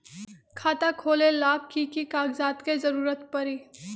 खाता खोले ला कि कि कागजात के जरूरत परी?